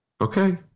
Okay